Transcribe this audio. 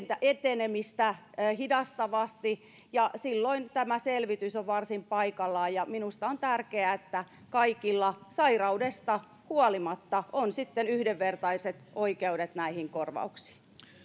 etenemistä hidastavasti ja silloin tämä selvitys on varsin paikallaan minusta on tärkeää että kaikilla sairaudesta huolimatta on sitten yhdenvertaiset oikeudet näihin korvauksiin